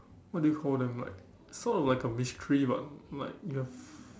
what do you call them like sort of like a mystery but like you have